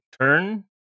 turn